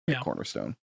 Cornerstone